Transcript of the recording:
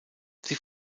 sie